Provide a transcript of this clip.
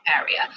area